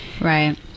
Right